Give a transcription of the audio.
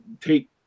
take